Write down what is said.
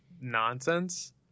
nonsense